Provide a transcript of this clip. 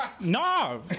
No